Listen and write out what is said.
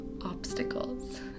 obstacles